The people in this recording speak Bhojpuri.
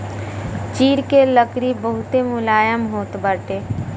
चीड़ के लकड़ी बहुते मुलायम होत बाटे